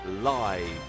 live